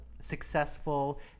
successful